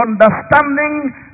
understanding